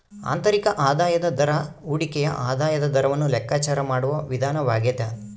ಆಂತರಿಕ ಆದಾಯದ ದರ ಹೂಡಿಕೆಯ ಆದಾಯದ ದರವನ್ನು ಲೆಕ್ಕಾಚಾರ ಮಾಡುವ ವಿಧಾನವಾಗ್ಯದ